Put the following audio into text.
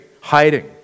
hiding